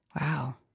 Wow